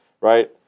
right